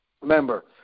Remember